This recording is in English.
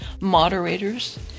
moderators